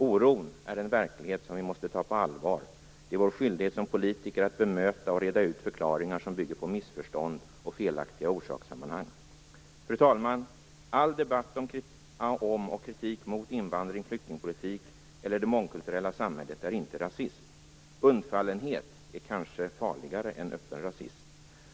Oron är en verklighet som vi måste ta på allvar. Det är vår skyldighet som politiker att bemöta och reda ut förklaringar som bygger på missförstånd och felaktiga orsakssammanhang. Fru talman! All debatt och kritik mot invandring, flyktingpolitik eller det mångkulturella samhället är inte rasism. Undfallenhet är kanske farligare än öppen rasism.